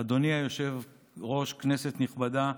אדוני היושב-ראש, כנסת נכבדה,